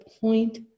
point